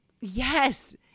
Yes